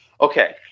Okay